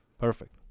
perfect